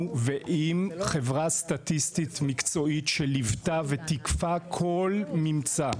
ועם חברה סטטיסטית מקצועית שליוותה ותיקפה כל ממצא.